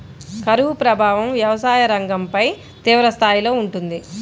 కరువు ప్రభావం వ్యవసాయ రంగంపై తీవ్రస్థాయిలో ఉంటుంది